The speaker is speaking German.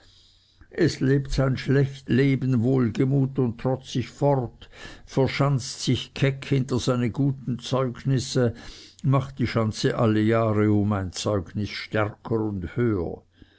es lebt sein schlecht leben wohlgemut und trotzig fort verschanzt sich keck hinter seine guten zeugnisse macht die schanze alle jahre um ein zeugnis stärker und höher